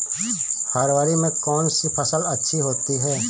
फरवरी में कौन सी फ़सल अच्छी होती है?